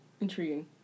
Intriguing